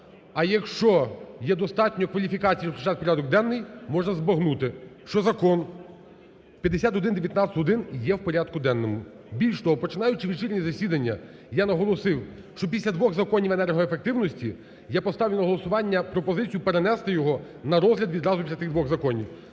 А якщо є достатньо кваліфікації, прочитати порядок денний, можна збагнути, що Закон 5119-1 є в порядку денному. Більш того, починаючи вечірнє засідання, я наголосив, що після двох законів енергоефективності я поставлю на голосування пропозицію перенести його на розгляд відразу після тих двох законів.